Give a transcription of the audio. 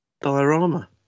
diorama